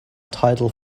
tidal